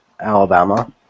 Alabama